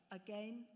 again